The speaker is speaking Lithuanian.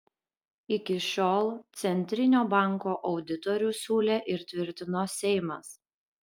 iki šiol centrinio banko auditorių siūlė ir tvirtino seimas